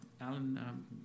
Alan